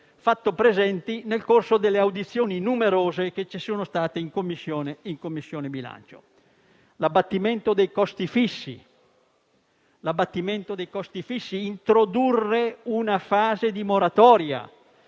fatto presenti nel corso delle audizioni numerose che ci sono state in Commissione bilancio: abbattere i costi fissi, introdurre una fase di moratoria